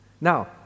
Now